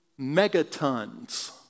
megatons